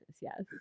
yes